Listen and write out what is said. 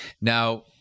Now